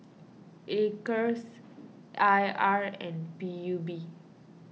Acres I R and P U B